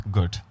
Good